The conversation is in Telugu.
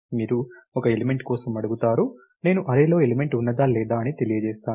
మీరు ఒక ఎలిమెంట్ కోసం అడుగుతారు నేను అర్రేలో ఎలిమెంట్ ఉన్నదా లేదా అని తెలియజేస్తాను